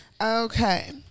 Okay